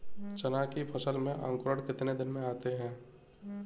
चना की फसल में अंकुरण कितने दिन में आते हैं?